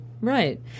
Right